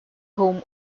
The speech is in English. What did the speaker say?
home